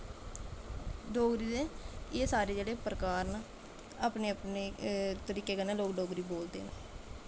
डोगरी दे एह् सारे जेह्ड़े प्रकार न अपने अपने तरीकै कन्नै लोक डोगरी बोलदे न